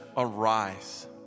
Arise